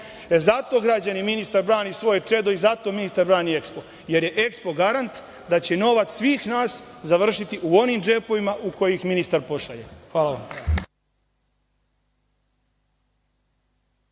Zato građani ministar brani svoje čedo i zato ministar brani EKSPO, jer je EKSPO garant da će novac svih nas završiti u onim džepovima u koje ih ministar pošalje. Hvala vam.